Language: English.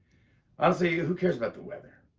honestly, who cares about the weather,